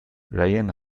rayen